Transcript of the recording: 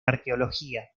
arqueología